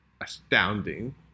astounding